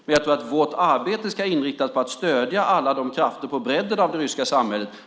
Men jag tror att vårt arbete ska inriktas på att stödja alla krafter på bredden av det ryska samhället.